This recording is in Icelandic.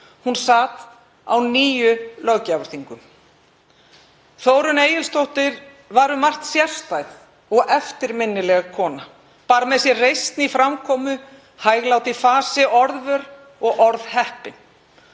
Hún sat á níu löggjafarþingum. Þórunn Egilsdóttur var um margt sérstæð og eftirminnileg kona, bar með sér reisn í framkomu, hæglát í fasi, orðvör og orðheppin.